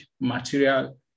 material